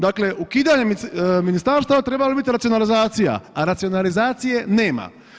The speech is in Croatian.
Dakle, ukidanjem ministarstava trebalo je biti racionalizacija, a racionalizacije nema.